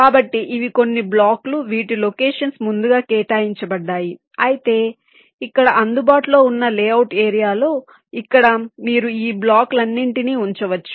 కాబట్టి ఇవి కొన్ని బ్లాక్లు వీటి లొకేషన్స్ ముందుగా కేటాయించబడ్డాయి అయితే ఇక్కడ అందుబాటులో ఉన్న లేఅవుట్ ఏరియా లో ఇక్కడ మీరు మీ బ్లాక్లన్నింటినీ ఉంచవచ్చు